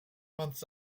months